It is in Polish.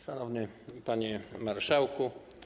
Szanowny Panie Marszałku!